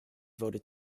voted